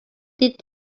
did